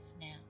now